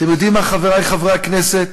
אתם יודעים מה, חברי חברי הכנסת?